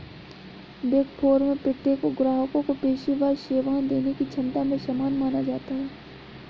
big four में प्रत्येक को ग्राहकों को पेशेवर सेवाएं देने की क्षमता में समान माना जाता है